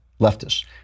leftists